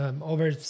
over